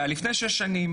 לפני שש שנים,